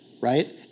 right